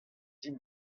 din